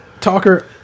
talker